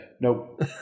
nope